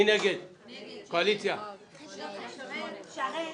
של קבוצת סיעת המחנה הציוני לסעיף 12א לא